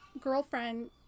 girlfriend